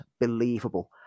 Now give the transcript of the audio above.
believable